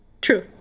True